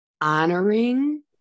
honoring